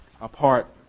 apart